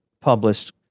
published